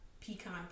pecan